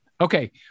Okay